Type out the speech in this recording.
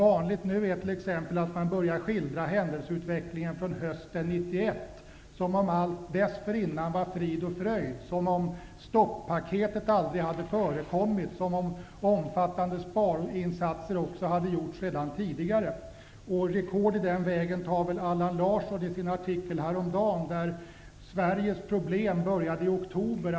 Det är t.ex. vanligt att de nu skildrar händelseutvecklingen från hösten 1991, som om allt dessförinnan var frid och fröjd, som om stoppaketet aldrig hade förekommit, som om omfattande sparinsatser hade gjorts redan tidigare. Rekord i den vägen tar väl Allan Larsson i sin artikel häromdagen, där han antyder att Sveriges problem började i oktober.